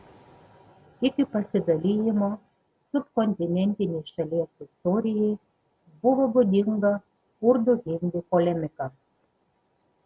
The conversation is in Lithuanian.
iki pasidalijimo subkontinentinei šalies istorijai buvo būdinga urdu hindi polemika